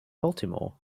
baltimore